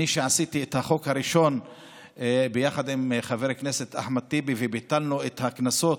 כשעשיתי את החוק הראשון יחד עם חבר הכנסת אחמד טיבי וביטלנו את הקנסות,